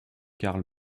karl